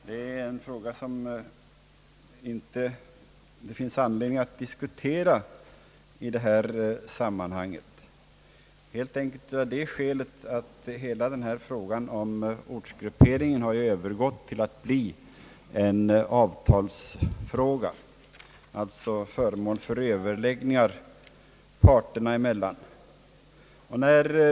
Det är en fråga som det inte finns någon anledning att diskutera i detta sammanhang, helt enkelt av det skälet att frågan om ortsgrupperingen numera är en avtalsfråga, alltså en fråga som skall vara föremål för överläggningar parterna emellan.